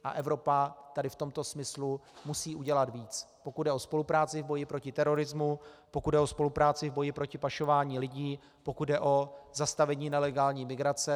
A Evropa tady v tomto smyslu musí udělat víc, pokud jde o spolupráci v boji proti terorismu, pokud jde o spolupráci v boji proti pašování lidí, pokud jde o zastavení nelegální migrace.